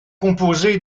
composé